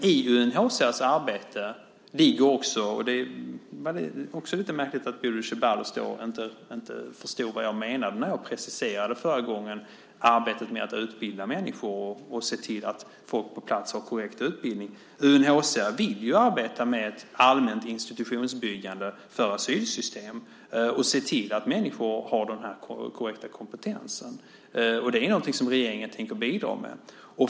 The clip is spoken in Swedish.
I UNHCR:s arbete ingår också - det är lite märkligt att Bodil Ceballos inte förstod vad jag menade när jag förra gången preciserade det - arbete med att utbilda människor och se till att folk på plats har korrekt utbildning. UNHCR vill arbeta med allmänt institutionsbyggande för asylsystem och se till att människor har den korrekta kompetensen. Det är någonting som regeringen tänker bidra med.